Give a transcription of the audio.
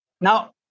Now